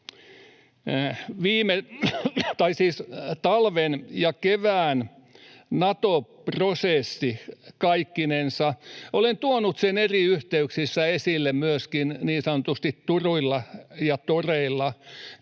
talven ja kevään Nato-prosessi kaikkinensa — olen tuonut sen eri yhteyksissä esille myöskin niin sanotusti turuilla ja toreilla